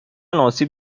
آسیب